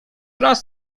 raz